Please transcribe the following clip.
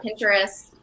Pinterest